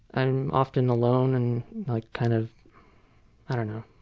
i'm often alone and kind of i don't know.